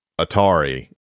Atari